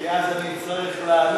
כי אז אני אצטרך לעלות.